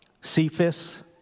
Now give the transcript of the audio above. Cephas